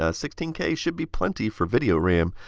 ah sixteen k should be plenty for video ram.